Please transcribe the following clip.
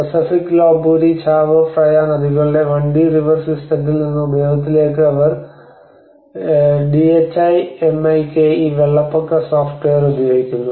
Pasak Lopburi Chao Phraya നദികളുടെ 1 D river സിസ്റ്റത്തിൽ നിന്ന് ഉപയോഗത്തിലേക്ക് അവർ DHI MIKE വെള്ളപ്പൊക്ക സോഫ്റ്റ്വെയർ ഉപയോഗിക്കുന്നു